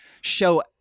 show